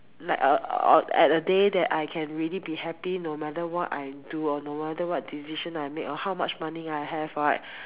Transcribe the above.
like err at a day that I can really be happy no matter what I do or no matter what decision I make or how much money I have right